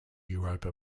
europa